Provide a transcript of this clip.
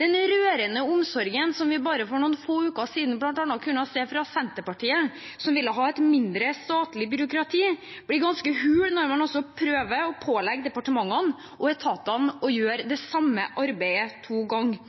Den rørende omsorgen som vi bare for noen få uker siden bl.a. kunne se fra Senterpartiet, som ville ha et mindre statlig byråkrati, blir ganske hul når man også prøver å pålegge departementene og etatene å gjøre det samme arbeidet to ganger.